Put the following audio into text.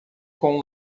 com